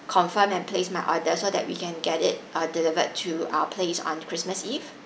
confirm and place my order so that we can get it uh delivered to our place on christmas eve